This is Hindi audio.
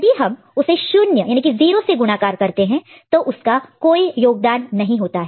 यदि हम उसे 0 से गुणाकार मल्टीप्लाई multiply करते हैं तो उसका कोई योगदान कंट्रीब्यूशन contribution नहीं होता है